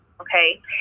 okay